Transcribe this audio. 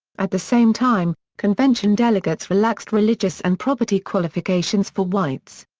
at the same time, convention delegates relaxed religious and property qualifications for whites.